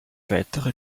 weitere